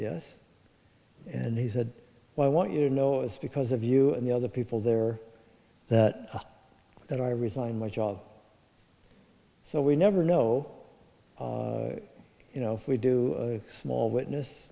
yes and he said well i want you know it's because of you and the other people there that that i resign my job so we never know you know if we do a small witness